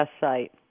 site